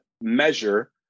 measure